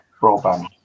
broadband